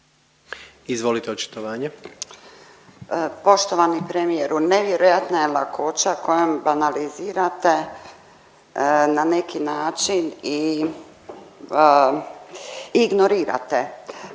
Irena (SDP)** Poštovani premijeru, nevjerojatna je lakoća kojom analizirate na neki način i ignorirate